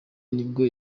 nibwo